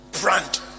brand